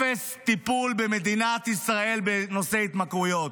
אפס טיפול במדינת ישראל בנושא ההתמכרויות.